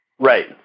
Right